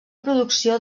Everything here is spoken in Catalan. producció